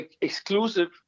exclusive